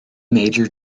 major